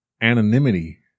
anonymity